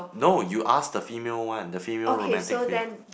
no you asked the female one the female romantic